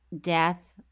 death